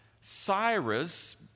Cyrus